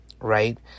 right